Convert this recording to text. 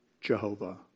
Jehovah